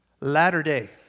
Latter-day